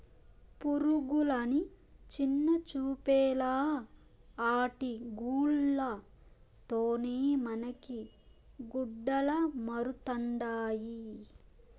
పురుగులని చిన్నచూపేలా ఆటి గూల్ల తోనే మనకి గుడ్డలమరుతండాయి